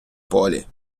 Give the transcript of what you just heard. полі